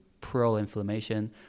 pro-inflammation